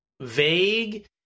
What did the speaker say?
vague